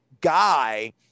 guy